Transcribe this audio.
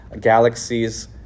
galaxies